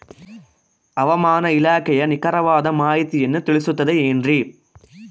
ಹವಮಾನ ಇಲಾಖೆಯ ನಿಖರವಾದ ಮಾಹಿತಿಯನ್ನ ತಿಳಿಸುತ್ತದೆ ಎನ್ರಿ?